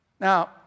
Now